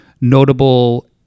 notable